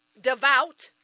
Devout